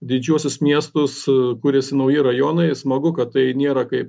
didžiuosius miestus kuriasi nauji rajonai smagu kad tai nėra kaip